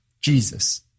Jesus